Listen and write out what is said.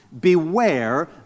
Beware